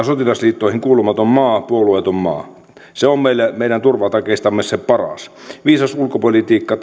sotilasliittoihin kuulumaton maa puolueeton maa se on meidän turvatakeistamme se paras viisas ulkopolitiikka